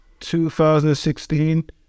2016